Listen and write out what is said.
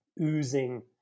oozing